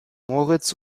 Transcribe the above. moritz